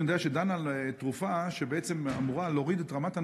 אני יודע שהיא דנה על תרופה שבעצם אמורה להוריד את רמת הנוגדנים.